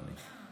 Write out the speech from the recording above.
אדוני.